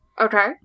Okay